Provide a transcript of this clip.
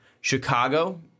Chicago